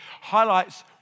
highlights